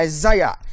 Isaiah